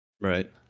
Right